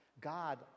God